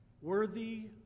worthy